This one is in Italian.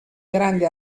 grande